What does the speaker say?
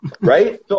Right